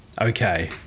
Okay